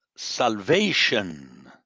salvation